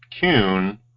Kuhn